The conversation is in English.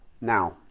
Now